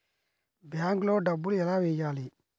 బ్యాంక్లో డబ్బులు ఎలా వెయ్యాలి?